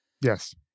Yes